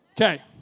Okay